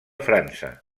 frança